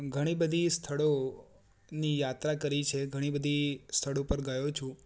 ઘણી બધી સ્થળોની યાત્રા કરી છે ઘણી બધી સ્થળો પર ગયો છું